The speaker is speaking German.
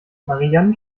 marian